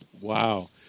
wow